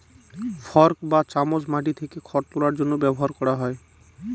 fork বা চামচ মাটি থেকে খড় তোলার জন্য ব্যবহার করা হয়